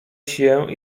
się